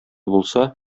булса